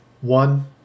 one